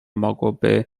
mogłoby